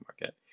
market